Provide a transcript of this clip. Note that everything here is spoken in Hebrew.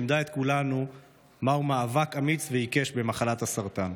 לימדה את כולנו מהו מאבק אמיץ ועיקש במחלת הסרטן.